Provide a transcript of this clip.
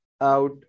out